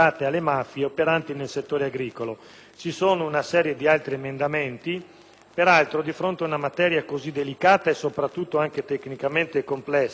Peraltro, di fronte ad una materia così delicata e, soprattutto, tecnicamente complessa ci è stato proposto in data di ieri dal rappresentante del Governo